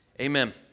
amen